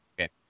okay